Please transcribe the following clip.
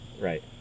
right